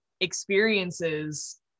experiences